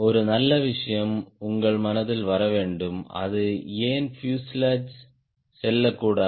ஒரு நல்ல விஷயம் உங்கள் மனதில் வர வேண்டும் அது ஏன் பியூசேலாஜ் செல்லக்கூடாது